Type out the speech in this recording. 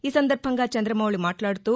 ఈ సందర్భంగా చంద్రమౌళి మాట్లాదుతూ